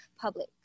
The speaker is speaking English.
public